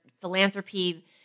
philanthropy